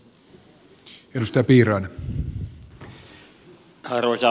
arvoisa puhemies